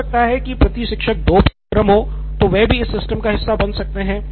हो सकता है कि प्रति शिक्षक दो पाठ्यक्रम हों तो वह भी इस सिस्टम का हिस्सा बन सकते हैं